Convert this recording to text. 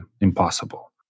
impossible